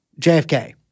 JFK